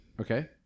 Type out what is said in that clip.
Okay